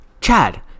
Chad